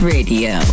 Radio